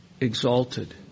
exalted